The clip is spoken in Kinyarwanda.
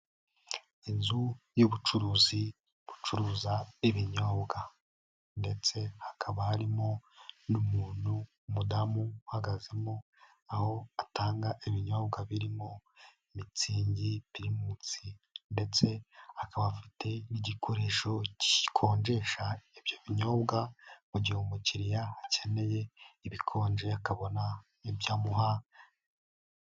Inzu y'ubucuruzi bucuruza ibinyobwa ndetse hakaba harimo n'umuntu, umudamu uhagazemo, aho atanga ibinyobwa birimo, Mitzing, Primus ndetse akaba afite n'igikoresho gikonjesha ibyo binyobwa, mu gihe umukiriya akeneye ibikonje akabona ibyamuha.